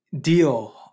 deal